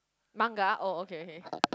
manga oh okay okay